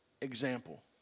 example